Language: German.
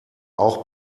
auch